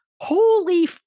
holy